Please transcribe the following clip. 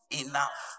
enough